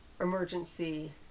emergency